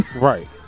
Right